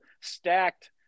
stacked